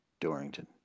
Dorrington